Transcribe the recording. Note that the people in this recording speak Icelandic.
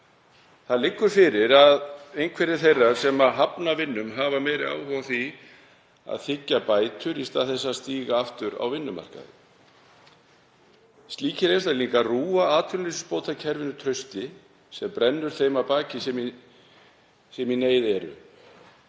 Það liggur fyrir að einhverjir þeirra sem hafna vinnu hafa meiri áhuga á því að þiggja bætur í stað þess að fara aftur út á vinnumarkaðinn. Slíkir einstaklingar rýja atvinnuleysisbótakerfið trausti sem stendur þeim að baki sem í neyð eru.